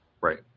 Right